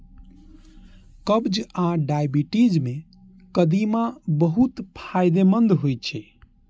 कब्ज आ डायबिटीज मे कदीमा बहुत फायदेमंद होइ छै